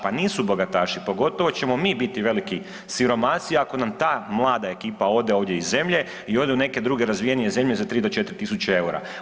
Pa nisu bogataši, pogotovo ćemo mi biti veliki siromasi, ako nam ta mlada ekipa ode ovdje iz zemlje i ode u neke razvijenije zemlje za 3 do 4 tisuće eura.